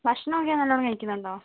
ഭക്ഷണം ഒക്കെ നല്ലോണം കഴിക്കുന്നുണ്ടോ